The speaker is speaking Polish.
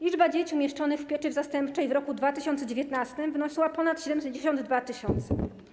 Liczba dzieci umieszczonych w pieczy zastępczej w roku 2019 wyniosła ponad 72 tys.